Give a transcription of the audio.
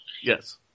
Yes